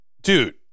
dude